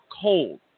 cold